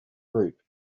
group